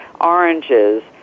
oranges